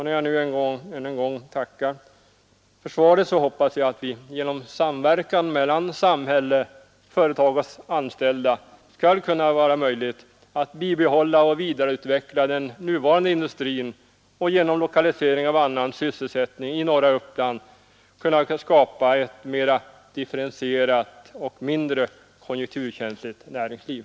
När jag nu ännu en gång tackar för svaret hoppas jag att det genom samverkan mellan samhälle, företag och anställda skall kunna vara möjligt att bibehålla och vidareutveckla den nuvarande industrin och genom lokalisering av annan sysselsättning i norra Uppland kunna skapa ett mera differentierat och mindre konjunkturkänsligt näringsliv.